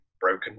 broken